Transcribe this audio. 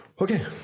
Okay